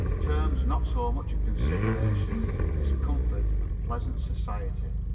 terms not so much a consideration as comfort and pleasant society.